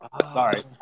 Sorry